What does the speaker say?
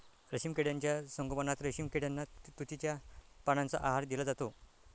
रेशीम किड्यांच्या संगोपनात रेशीम किड्यांना तुतीच्या पानांचा आहार दिला जातो